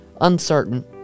uncertain